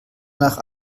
nach